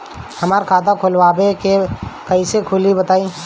हमरा खाता खोलवावे के बा कइसे खुली बताईं?